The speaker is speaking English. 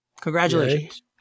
congratulations